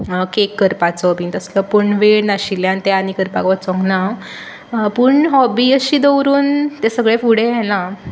cake करपाचो बीन तसलो पूण वेळ नाशिल्ल्यान तें आनी करपाक वोचोंग ना हांव पूण हॉबी अशी दवरून तें सगळें फुडें येना